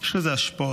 יש לזה השפעות.